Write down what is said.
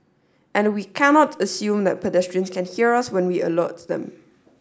and we cannot assume that pedestrians can hear us when we alert them